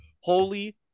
holy